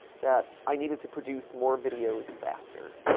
that i needed to produce more videos faster.